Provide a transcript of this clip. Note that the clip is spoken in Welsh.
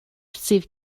sydd